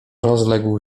rozległ